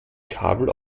kabel